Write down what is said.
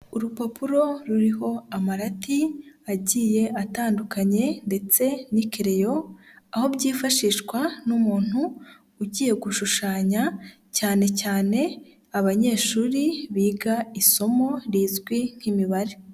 Urupapuro ruriho amarati agiye atandukanye ndetse n'ikeleyo, aho byifashishwa n'umuntu ugiye gushushanya cyane cyane abanyeshuri biga isomo rizwi nk'Imibare.